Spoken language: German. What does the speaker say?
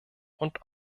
und